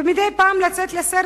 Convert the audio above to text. ומדי פעם לצאת לסרט,